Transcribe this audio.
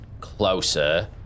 closer